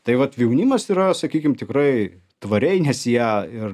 tai vat jaunimas yra sakykim tikrai tvariai nes jie ir